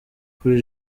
kuri